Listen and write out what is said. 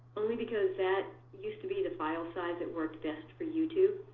only because that used to be the file size that worked best for youtube.